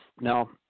Now